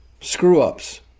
screw-ups